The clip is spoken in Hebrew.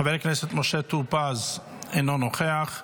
חבר הכנסת משה טור פז, אינו נוכח,